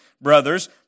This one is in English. brothers